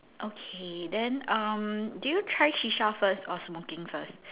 okay then um did you try shisha first or smoking first